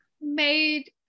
made